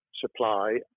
supply